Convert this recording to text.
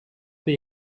they